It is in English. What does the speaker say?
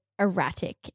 erratic